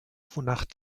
wonach